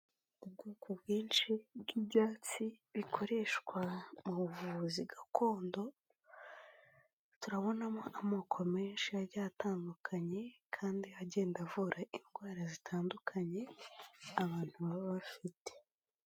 Ubwoko bwinshi bw'ibyatsi bikoreshwa mu buvuzi gakondo, turabonamo amoko menshi agiye atandukanye kandi agenda avura indwara zitandukanye abantu baba bafite.